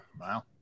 Wow